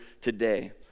today